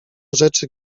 rzeczy